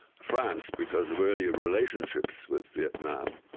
france, because of early relationships with vietnam,